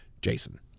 Jason